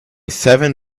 seven